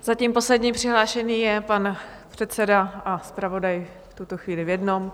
Zatím poslední přihlášený je pan předseda a zpravodaj v tuto chvíli v jednom.